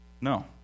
No